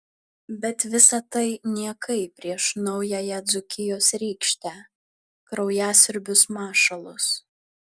bet visa tai niekai prieš naująją dzūkijos rykštę kraujasiurbius mašalus